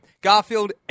Garfield